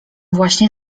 właśnie